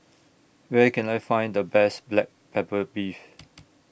Where Can I Find The Best Black Pepper Beef